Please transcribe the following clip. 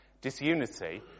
disunity